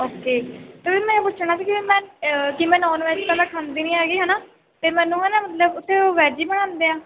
okay ਅਤੇ ਮੈਂ ਇਹ ਪੁੱਛਣਾ ਸੀ ਵੀ ਮੈਂ ਕੀ ਮੈਂ ਨੋਨ ਵੈਜ ਤਾਂ ਮੈਂ ਖਾਂਦੀ ਨਹੀਂ ਹੈਗੀ ਹੈ ਨਾ ਅਤੇ ਮੈਨੂੰ ਨਾ ਮਤਲਬ ਉਥੇ ਵੈਜ ਹੀ ਬਣਾਉਂਦੇ ਆ